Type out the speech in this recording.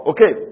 Okay